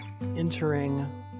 entering